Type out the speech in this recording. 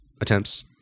attempts